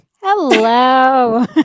Hello